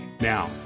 Now